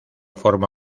forma